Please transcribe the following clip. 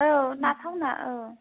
औ ना फावना औ